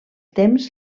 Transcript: temps